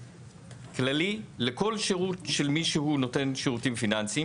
כללי לכל שירות של מי שהוא נותן שירותים פיננסים,